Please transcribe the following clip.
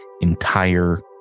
entire